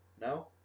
No